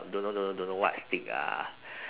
don't know don't know don't know what steak ah